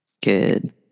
Good